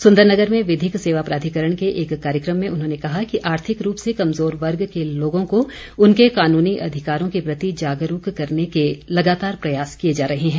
सुंदरनगर में विधिक सेवा प्राधिकरण के एक कार्यक्रम में उन्होंने कहा कि आर्थिक रूप से कमजोर वर्ग के लोगों को उनके कानूनी अधिकारों के प्रति जागरूक करने के लगातार प्रयास किए जा रहे हैं